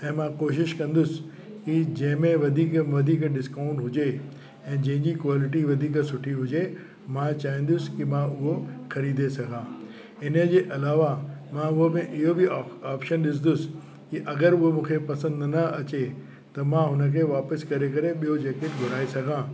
ऐं मां कोशिश कंदुसि कि जंहिंमें वधीक वधीक डिस्काउंट हुजे ऐं जंहिंजी क्वालिटी वधीक सुठी हुजे मां चाहींदुसि कि मां उहो ख़रीदे सघां इन जे अलावा मां उहो बि इहो बि ऑ ऑपशन ॾिसंदुसि की अगरि उहो मूंखे पसंदि न अचे त मां हुन खे वापसि करे करे ॿियो जैकेट घुराए सघां